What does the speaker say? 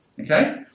okay